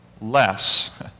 less